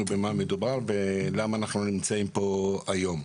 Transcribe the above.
במה מדובר ולמה אנחנו נמצאים פה היום.